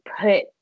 put